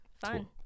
fine